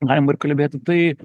galima ir kalbėti tai